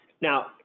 Now